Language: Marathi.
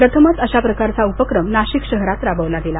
प्रथमच आशा प्रकारचा उपक्रम नाशिक शहरात राबविला गेला